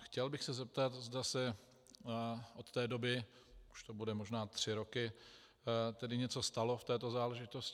Chtěl bych se zeptat, zda se od té doby, už to bude možná tři roky, tedy něco stalo v této záležitosti.